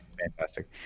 Fantastic